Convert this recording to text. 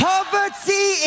Poverty